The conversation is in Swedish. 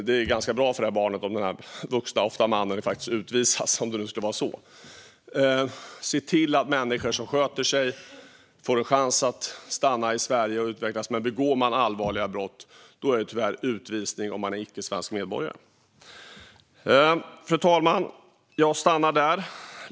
Det är ganska bra för detta barn om denna vuxna person, ofta en man, faktiskt utvisas. Vi ska alltså se till att människor som sköter sig får en chans att stanna i Sverige och utvecklas. Men om man begår allvarliga brott är det tyvärr utvisning som gäller om man inte är svensk medborgare. Fru talman!